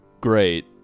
great